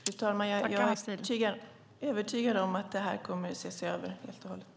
Fru talman! Jag är övertygad om att man kommer att se över detta.